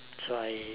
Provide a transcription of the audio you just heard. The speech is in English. so I